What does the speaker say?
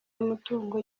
y’umutungo